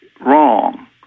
wrong